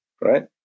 Right